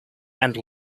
and